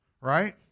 right